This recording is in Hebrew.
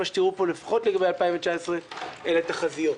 מה שתראו פה לפחות לגבי 2019 אלה תחזיות.